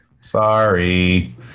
Sorry